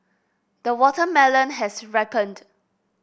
the watermelon has ripened